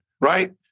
right